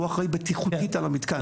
שהוא אחראי בטיחותית על המתקן.